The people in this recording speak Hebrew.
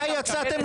לא היית מקבל.